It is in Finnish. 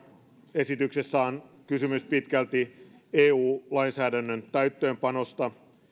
esityksessä on kysymys pitkälti eu lainsäädännön täyttöönpanosta